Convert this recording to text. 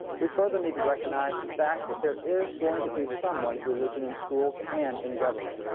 we further need to recognize the fact that there is going to be someone's religion in schools and in government.